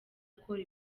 akora